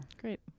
Great